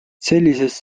sellises